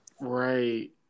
Right